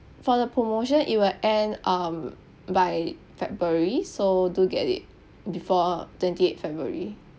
for the promotion it will end um by february so do get it before twenty eighth february